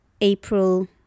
April